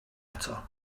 ato